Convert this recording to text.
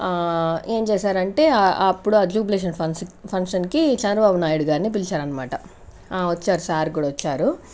ఏం చేశారంటే ఆ అప్పుడు ఆ జూబ్లేషన్ ఫంక్షన్కి ఫంక్షన్ చంద్రబాబు నాయుడు గారిని పిలిచారనమాట వచ్చారు సర్ కూడా వచ్చారు